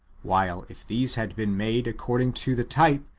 while, if these had been made according to the type,